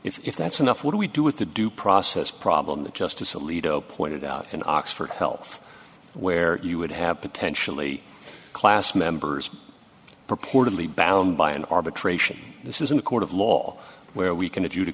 right if that's enough what do we do with the due process problem that justice alito pointed out in oxford health where you would have potentially class members purportedly bound by an arbitration this is in a court of law where we can